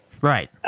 Right